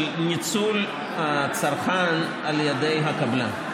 של ניצול הצרכן על ידי הקבלן.